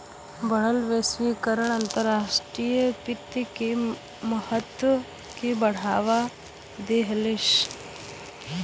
बढ़ल वैश्वीकरण अंतर्राष्ट्रीय वित्त के महत्व के बढ़ा देहलेस